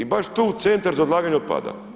I baš to u centar za odlaganje otpada.